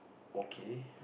okay